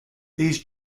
these